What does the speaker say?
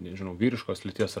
nežinau vyriškos lyties ar